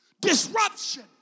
disruption